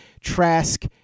Trask